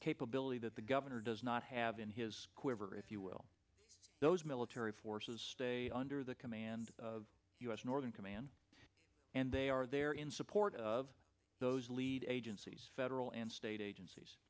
capability that the governor does not have in his quiver if you will those military forces stay under the command of u s northern command and they are there in support of those lead agencies federal and state agencies